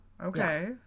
okay